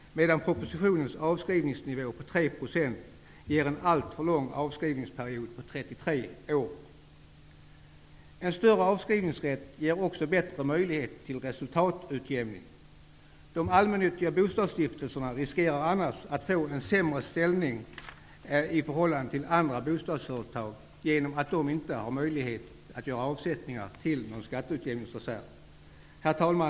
Propositionens avskrivningsnivå på 3 % ger däremot en alltför lång avskrivningsperiod på 33 år. En större avskrivningsrätt ger också bättre möjlighet till resultatutjämning. De allmännyttiga bostadsstiftelserna riskerar annars att få en sämre ställning i förhållande till andra bostadsföretag, genom att de allmännyttiga bostadsstiftelserna inte har möjlighet att göra avsättningar till någon skatteutjämningsreserv. Herr talman!